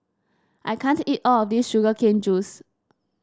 I can't eat all of this Sugar Cane Juice